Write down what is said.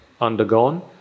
undergone